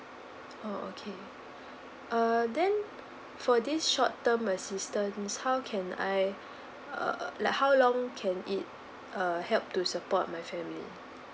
oh okay err then for this short term assistance how can I err like how long can it err help to support my family